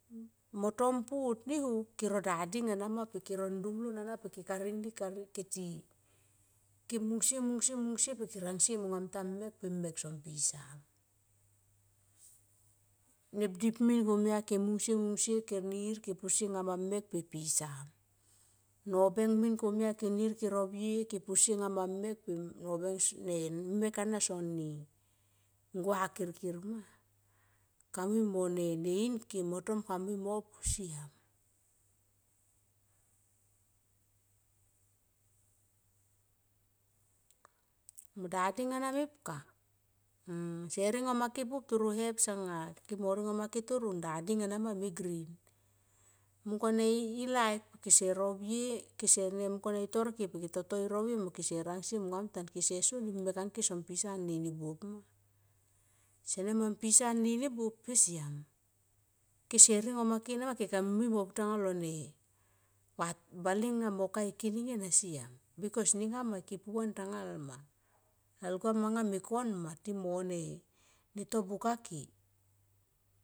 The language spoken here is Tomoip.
Reotom pu oh te ho keno da ding ana ma pe ke. Ro ndum lon ana pe ke karing ni karing ni ke ti mung sie, mung sie, mung sie pe ke rang sie mong ngam ta mek pe mek son pisa. Nep dip min komia ke mung sie mung sie ke nir ke posie monga ma mek pe pisa. Nobeng min komia ke nir ke rovie ke posie monga ma mek pe nobeng, ne mek ana son i gua kirkir ma kamui mo ne in ke motom kami mui mo pu siam. Mo dading ana mepka se ringoma ke toro hebs anga ke mo ringoma ke toro dading ana ma me grin. Mung kone i laik kese rovie kese ne mungkone i tor ke pe i toto mo rovie mo kese rang sie monga mntan kese soni mek ang ke son pisa nini buop ma. Sene moma pisa nini buop pe siam kese ringoma kenama ke kami mui mo ne pu tanga lo ne bale nga mo ka e kining ena siam bikos nenga ma ke pu van tanga ma lalgua manga me kon ma ti mo ne to buka ke.